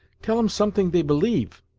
tell em somet'ing they believe.